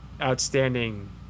outstanding